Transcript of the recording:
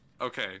Okay